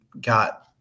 got